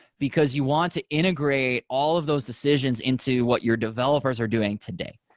because you want to integrate all of those decisions into what your developers are doing today.